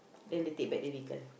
then they take back the vehicle